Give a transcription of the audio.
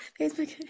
Facebook